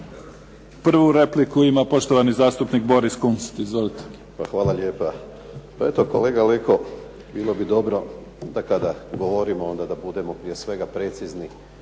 Prvu repliku ima poštovani zastupnik Boris Kunst. Izvolite. **Kunst, Boris (HDZ)** Hvala lijepa. Eto kolega Leko, bilo bi dobro da kada govorimo onda budemo prije svega precizni